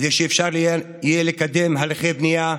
כדי שאפשר יהיה לקדם הליכי בנייה,